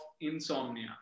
insomnia